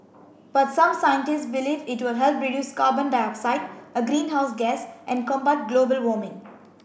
but some scientists believe it will help reduce carbon dioxide a greenhouse gas and combat global warming